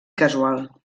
casual